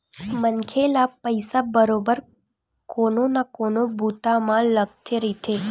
मनखे ल पइसा बरोबर कोनो न कोनो बूता म लगथे रहिथे